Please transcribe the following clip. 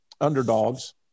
underdogs